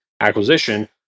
acquisition